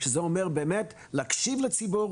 שזה אומר באמת להקשיב לציבור,